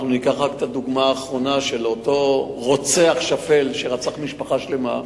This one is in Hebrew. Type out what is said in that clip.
ניקח את הדוגמה האחרונה של אותו רוצח שפל שרצח משפחה שלמה.